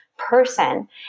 person